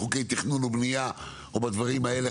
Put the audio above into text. שינויים בחוקי תכנון ובנייה או בדברים האלה,